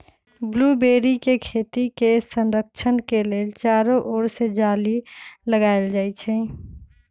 blueberry के खेती के संरक्षण लेल चारो ओर से जाली लगाएल जाइ छै